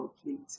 complete